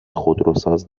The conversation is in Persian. خودروساز